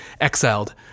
exiled